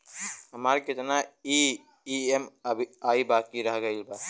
हमार कितना ई ई.एम.आई बाकी रह गइल हौ?